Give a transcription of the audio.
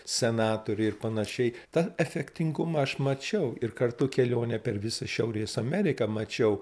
senatoriai ir panašiai tą efektingumą aš mačiau ir kartu kelionę per visą šiaurės ameriką mačiau